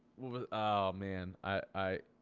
ah man i